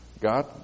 God